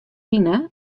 pine